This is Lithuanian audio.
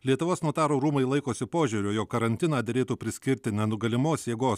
lietuvos notarų rūmai laikosi požiūrio jog karantiną derėtų priskirti nenugalimos jėgos